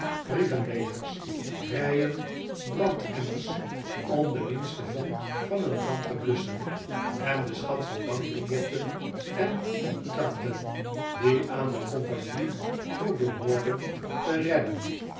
brievenwegers rijen brandemmers om de minste vonk van een brand te blusschen en den schat van bankbiljetten en contracten die aan de compagnie toebehoorden te redden